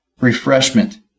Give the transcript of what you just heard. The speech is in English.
refreshment